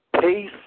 pace